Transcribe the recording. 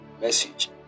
message